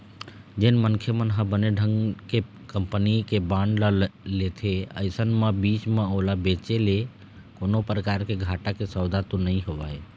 जेन मनखे मन ह बने ढंग के कंपनी के बांड ल लेथे अइसन म बीच म ओला बेंचे ले कोनो परकार के घाटा के सौदा तो नइ होवय